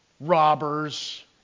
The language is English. robbers